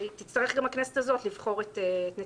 תצטרך גם הכנסת הזאת לבחור את נציגיה.